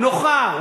נוחה,